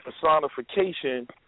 personification